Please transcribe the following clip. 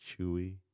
chewy